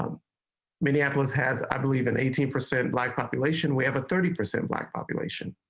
um minneapolis has i believe in eighty percent black population we have a thirty percent black population.